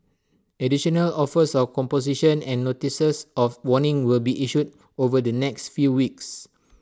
additional offers of composition and notices of warning will be issued over the next few weeks